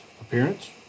appearance